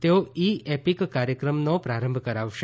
તેઓ e EPIC કાર્યક્રમનો પ્રારંભ કરાવશે